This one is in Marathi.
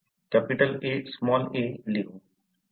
चला "Aa" लिहू